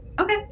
Okay